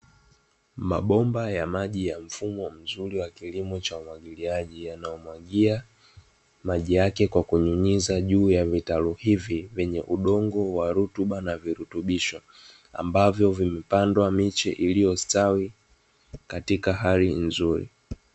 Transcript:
Mabomba ya maji ya mfumo mzuri wa kilimo cha umwagiliaji yanayomwagia maji yake kwa kunyunyiza juu ya vitalu hivi, vyenye udongo wa rutuba na vurutubisho ambavyo vimepandwa miche iliyostawi katika hali nzuri.